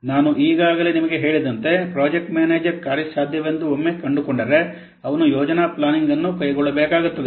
ನಾನು ಈಗಾಗಲೇ ನಿಮಗೆ ಹೇಳಿದಂತೆ ಪ್ರಾಜೆಕ್ಟ್ ಮ್ಯಾನೇಜರ್ ಕಾರ್ಯಸಾಧ್ಯವೆಂದು ಒಮ್ಮೆ ಕಂಡುಕೊಂಡರೆ ಅವನು ಯೋಜನಾ ಪ್ಲಾನಿಂಗ್ಅನ್ನು ಕೈಗೊಳ್ಳಬೇಕಾಗುತ್ತದೆ